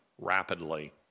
rapidly